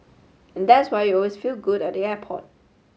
and that's why you always feel good at the airport